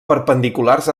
perpendiculars